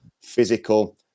physical